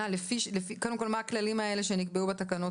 קודם כול, מה הכללים הללו שנקבעו בתקנות?